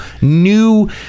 new